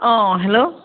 অঁ হেল্ল'